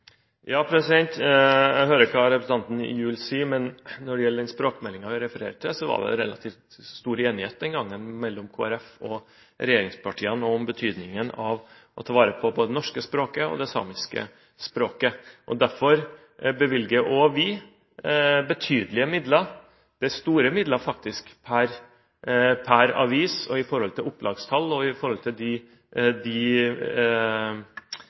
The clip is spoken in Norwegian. det den gangen relativt stor enighet mellom Kristelig Folkeparti og regjeringspartiene om betydningen av å ta vare på både det norske og det samiske språket. Derfor bevilger også vi betydelige midler. Det er store midler som bevilges, faktisk, per avis og i forhold til opplagstall og